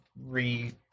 re